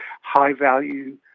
high-value